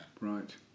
right